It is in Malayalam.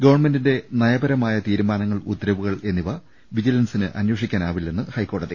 ഗവൺമെന്റിന്റെ നയപരമായ തീരുമാനങ്ങൾ ഉത്തരവുകൾ എന്നിവ വിജിലൻസിന് അന്വേഷിക്കാനാവില്ലെന്ന് ഹൈക്കോടതി